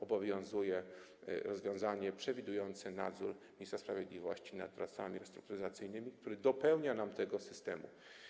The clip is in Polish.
Obowiązuje rozwiązanie przewidujące nadzór ministra sprawiedliwości nad pracami restrukturyzacyjnymi, który dopełnia nam tego systemu.